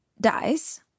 dies